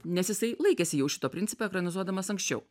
nes jisai laikėsi jau šito principo ekranizuodamas anksčiau